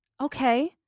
Okay